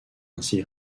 ainsi